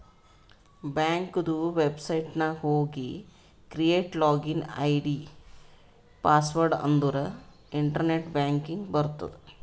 ಬ್ಯಾಂಕದು ವೆಬ್ಸೈಟ್ ನಾಗ್ ಹೋಗಿ ಕ್ರಿಯೇಟ್ ಲಾಗಿನ್ ಐ.ಡಿ, ಪಾಸ್ವರ್ಡ್ ಅಂದುರ್ ಇಂಟರ್ನೆಟ್ ಬ್ಯಾಂಕಿಂಗ್ ಬರ್ತುದ್